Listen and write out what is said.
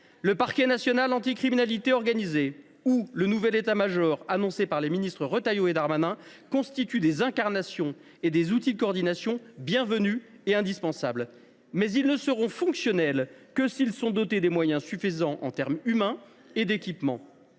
Le parquet national anti criminalité organisée et le nouvel état major annoncé par les ministres Retailleau et Darmanin, constituent des incarnations et des outils de coordination bienvenus et indispensables. Mais ils ne seront fonctionnels que s’ils sont dotés des moyens suffisants en termes humains et d’équipements.